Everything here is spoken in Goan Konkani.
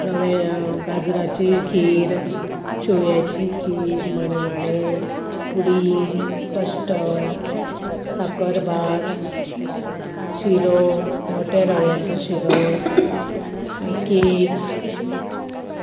रव्या गाजराची खीर शेवयाची खीर मणगाणें पुडींग कस्टर्ड साकर भात शिरो मोट्या रव्याचो शिरो मागीर केक